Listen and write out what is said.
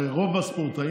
הרי רוב הספורטאים,